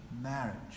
marriage